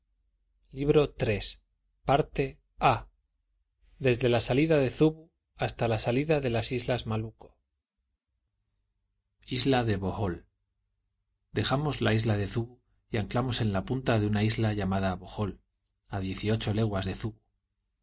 libro iii desde la partida de zubu hasta la salida de las islas malucco isla de bohol dejamos la isla de zubu y anclamos en la punta de una isla llamada bohol a diez y ocho leguas de zubu